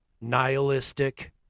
nihilistic